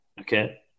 okay